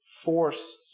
force